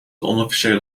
onofficiële